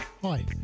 Hi